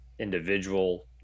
individual